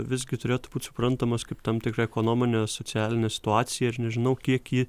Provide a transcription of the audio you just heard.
visgi turėtų būt suprantamas kaip tam tikra ekonominė socialinė situacija ir nežinau kiek ji